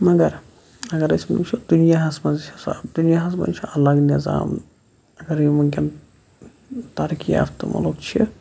مَگَر اَگَر أسۍ وٕچھو دُنیَہَس مَنٛز حِساب دُنیَہَس مَنٛز چھُ الگ نِظام اَگَر یِم ونکٮ۪ن تَرقی یافتہ مُلُک چھُ